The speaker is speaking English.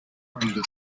under